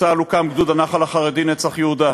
בצה"ל הוקם גדוד הנח"ל החרדי "נצח יהודה",